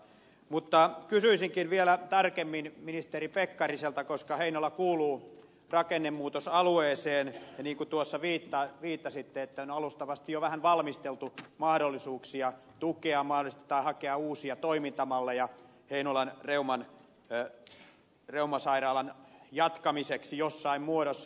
mutta kysyisinkin vielä tarkemmin ministeri pekkariselta koska heinola kuuluu rakennemuutosalueeseen ja niin kuin tuossa viittasitte on alustavasti jo vähän valmisteltu mahdollisuuksia tukea mahdollisesti tai hakea uusia toimintamalleja heinolan reumasairaalan jatkamiseksi jossain muodossa